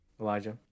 Elijah